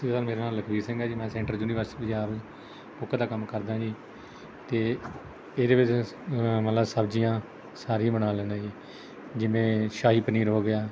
ਸਤਿ ਸ਼੍ਰੀ ਅਕਾਲ ਮੇਰਾ ਨਾਮ ਲਖਬੀਰ ਸਿੰਘ ਹੈ ਜੀ ਮੈਂ ਸੈਂਟਰ ਯੂਨੀਵਰਸਿਟੀ ਪੰਜਾਬ ਕੁੱਕ ਦਾ ਕੰਮ ਕਰਦਾ ਜੀ ਅਤੇ ਇਹਦੇ ਵਿੱਚ ਮਤਲਬ ਸਬਜ਼ੀਆਂ ਸਾਰੀਆਂ ਬਣਾ ਲੈਂਦਾ ਜੀ ਜਿਵੇਂ ਸ਼ਾਹੀ ਪਨੀਰ ਹੋ ਗਿਆ